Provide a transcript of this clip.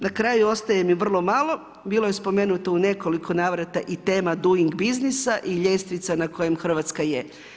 Na kraju ostaje mi vrlo malo, bilo je spomenuto u nekoliko navrata i tema doing business i ljestvica na kojim Hrvatska je.